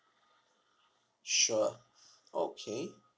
sure okay